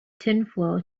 tinfoil